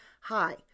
Hi